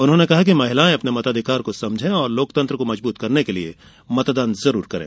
उन्होंने कहा कि महिलायें अपने मताधिकार को समझे और लोकतंत्र को मजबूत करने के लिये मतदान जरुर करें